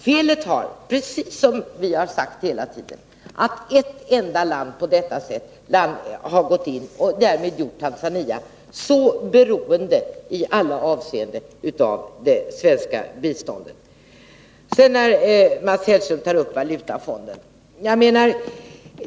Felet har, precis som vi har sagt hela tiden, varit att Tanzania gjorts så i alla avseenden beroende av bistånd från ett enda land, nämligen från Sverige. Mats Hellström tar vidare upp Valutafonden.